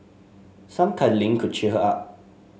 some cuddling could cheer her up